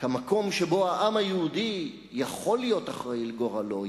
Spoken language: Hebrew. כמקום שבו העם היהודי יכול להיות אחראי על גורלו,